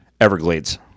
Everglades